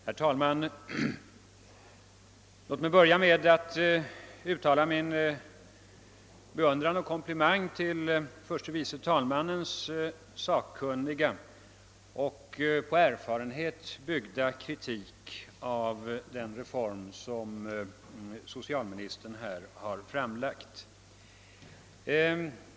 Herr talman! Låt mig börja med att uttala min beundran av herr förste vice talmannens sakkunniga och på erfarenhet byggda kritik av den reform som socialministern har framlagt!